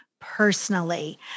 personally